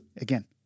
again